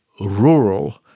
rural